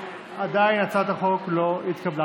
עדיין הצעת החוק לא התקבלה.